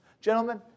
Gentlemen